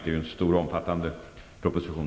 Det är fråga om en stor och omfattande proposition.